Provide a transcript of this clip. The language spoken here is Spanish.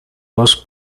dos